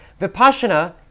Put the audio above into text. Vipassana